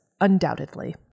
undoubtedly